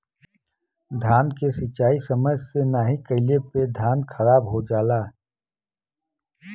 धान के सिंचाई समय से नाहीं कइले पे धान खराब हो जाला